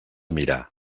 mirar